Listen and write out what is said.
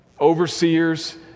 overseers